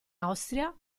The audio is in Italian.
austria